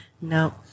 No